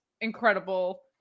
incredible